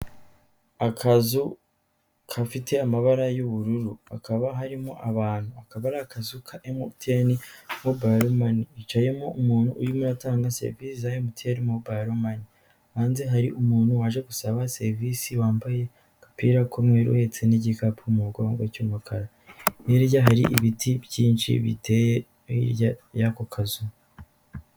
Akazu gafite amabara y'ubururu, hakaba harimo abantu akaba ari akazu ka emutiyeni (MTN) mobayiro mane ( Mobile Money) hicayemo umuntu urimo atanga serivisi za mobayiro mane (Mobile Money), hanze hari umuntu waje gusaba serivisi wambaye agapira k'umweru, uhetse n'igikapu mu mugongo cy'umukara, hirya hari ibiti byinshi biteye hirya y'ako kazu.